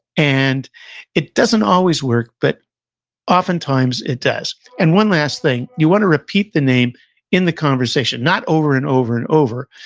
and it doesn't always work, but oftentimes, it does. and one last thing, you want to repeat the name in the conversation, not over and over and over.